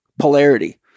Polarity